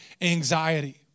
anxiety